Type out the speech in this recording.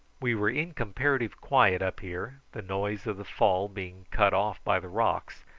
we were in comparative quiet up here, the noise of the fall being cut off by the rocks,